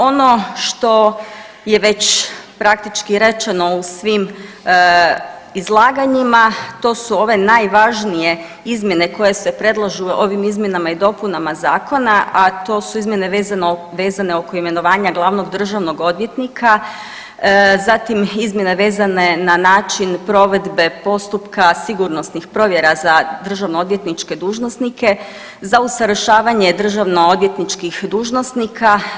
Ono što je već praktički rečeno u svim izlaganjima to su ove najvažnije izmjene koje se predlažu ovim izmjenama i dopunama zakona, a to su izmjene vezano, vezane oko imenovanja glavnog državnog odvjetnika, zatim izmjene vezane na način provedbe postupka sigurnosnih provjera za državno odvjetničke dužnosnike, za usavršavanje državno odvjetničkih dužnosnika.